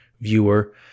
viewer